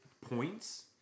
points